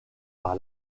par